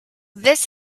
this